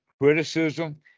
Criticism